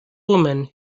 woman